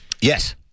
Yes